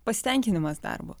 pasitenkinimas darbu